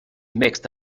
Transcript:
mixed